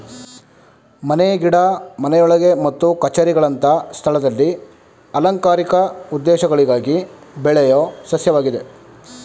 ಮನೆ ಗಿಡ ಮನೆಯೊಳಗೆ ಮತ್ತು ಕಛೇರಿಗಳಂತ ಸ್ಥಳದಲ್ಲಿ ಅಲಂಕಾರಿಕ ಉದ್ದೇಶಗಳಿಗಾಗಿ ಬೆಳೆಯೋ ಸಸ್ಯವಾಗಿದೆ